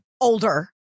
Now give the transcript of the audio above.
Older